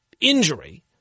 injury